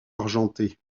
argenté